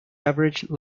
average